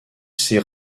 ses